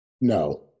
No